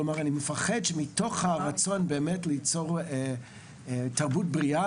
כלומר אני פוחד שמתוך הרצון ליצור תרבות בריאה